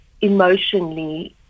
emotionally